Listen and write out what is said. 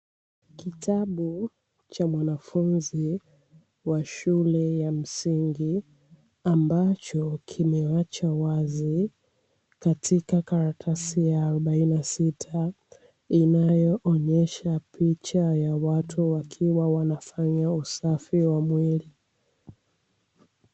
Kitabu cha mwanafunzi wa shule ya msingi ambacho kimeachwa wazi katika karatasi ya arobaini na sita, inayoonesha picha ya watu wakiwa wanafanya usafi wa mwili.